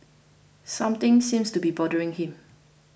something seems to be bothering him